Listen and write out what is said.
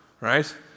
right